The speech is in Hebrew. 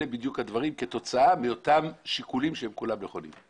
אלה בדיוק הדברים כתוצאה מאותם שיקולים שהם כולם נכונים.